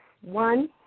one